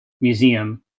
Museum